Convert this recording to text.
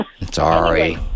Sorry